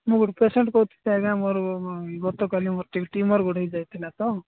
ମୁଁ ଗୋଟେ ପେସେଣ୍ଟ୍ କହୁଥିଲି ଆଜ୍ଞା ମୋର ଗତକାଲି ମୋର ଟ୍ୟୁମର୍ ଗୋଟେ ହୋଇଯାଇଥିଲା ତ